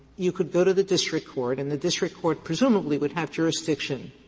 you could go to the district court, and the district court presumably would have jurisdiction,